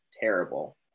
terrible